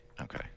Okay